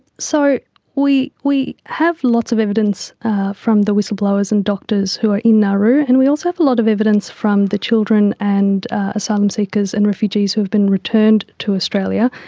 so we we have lots of evidence from the whistle-blowers and doctors who are in nauru and we also have a lot of evidence from the children and asylum seekers and refugees who have been returned to australia.